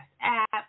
app